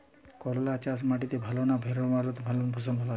করলা চাষ মাটিতে ভালো না ভেরাতে ভালো ফলন হয়?